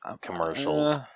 commercials